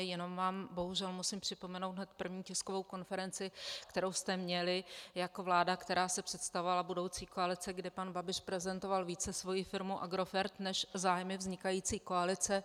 Jenom vám bohužel musím připomenout hned první tiskovou konferenci, kterou jste měli jako vláda, která se představovala, budoucí koalice, kde pan Babiš prezentoval více svoji firmu Agrofert než zájmy vznikající koalice.